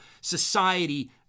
society